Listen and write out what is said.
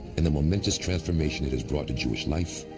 and the momentous transformation it has brought to jewish life,